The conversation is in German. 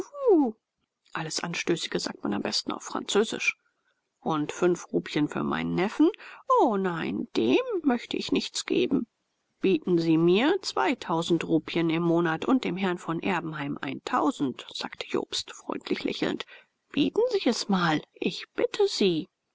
alles anstößige sagt man am besten auf französisch und fünf rupien für meinen neffen o nein dem möchte ich nichts geben bieten sie mir zweitausend rupien im monat und dem herrn von erbenheim eintausend sagte jobst freundlich lächelnd bieten sie es mal ich bitte sie